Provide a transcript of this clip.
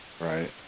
Right